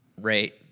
rate